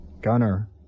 Gunner